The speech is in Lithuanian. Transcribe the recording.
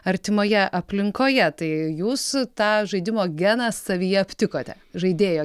artimoje aplinkoje tai jūs tą žaidimo geną savyje aptikote žaidėjo